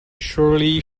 surly